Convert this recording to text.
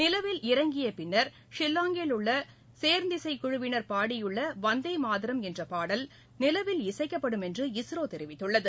நிலவில் இறங்கிய பின்னர் ஷில்லாங்கில் உள்ள சேர்ந்திசை குழுவினர் பாடியுள்ள வந்தே மாதரம் என்ற பாடல் நிலவில் இசைக்கப்படும் என்று இஸ்ரோ தெரிவித்துள்ளது